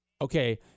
okay